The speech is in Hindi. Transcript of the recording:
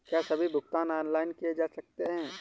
क्या सभी भुगतान ऑनलाइन किए जा सकते हैं?